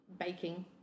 baking